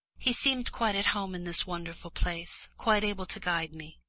he seemed quite at home in this wonderful place, quite able to guide me.